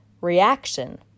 reaction